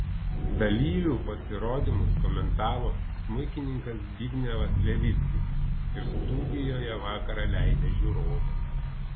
dalyvių pasirodymus komentavo smuikininkas zbignevas levickis ir studijoje vakarą leidę žiūrovai